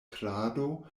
krado